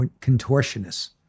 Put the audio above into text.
contortionists